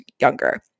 younger